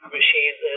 machines